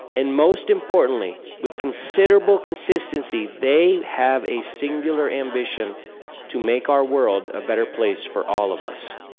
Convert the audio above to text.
and most importantly, with considerable consistency, they have a singular ambition to make our world a better place for all of us.